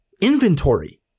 inventory